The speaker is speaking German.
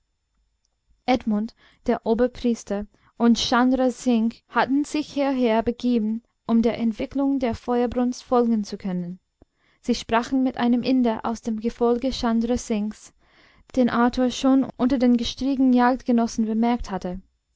edmund der oberpriester und chandra singh hatten sich hierher begeben um der entwicklung der feuersbrunst folgen zu können sie sprachen mit einem inder aus dem gefolge chandra singhs den arthur schon unter den gestrigen jagdgenossen bemerkt hatte